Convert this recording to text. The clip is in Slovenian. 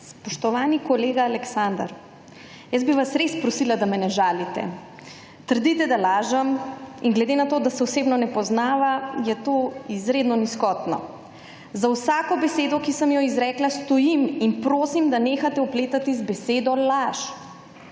Spoštovani kolega Aleksander, jaz bi vas res prosila, da me ne žalite. Trdite da lažem in glede na to, da se osebno ne poznava, je to izredno nizkotno. Za vsako besedo, ki sem jo izrekla stojim in prosim, da nehate opletate z besedo laž.